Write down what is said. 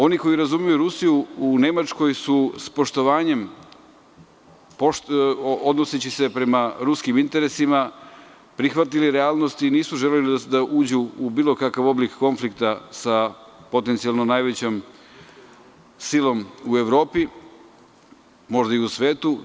Oni koji razumeju Rusiju u Nemačkoj su s poštovanjem, odnoseći se prema ruskim interesima prihvatili realnost i nisu želeli da uđu u bilo kakav oblik konflikta sa potencijalno najvećom silom u Evropi, a možda i u svetu.